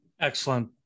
Excellent